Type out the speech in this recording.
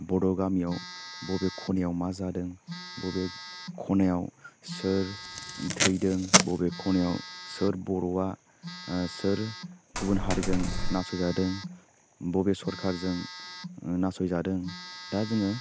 बड' गामियाव बबे खनायाव मा जादों बबे खनायाव सोर थैदों बबे खनायाव सोर बर'वा सोर गुबुन हारिजों नासय जादों बबे सरकारजों नासयजादों दा जोङो